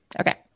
okay